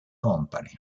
company